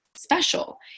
special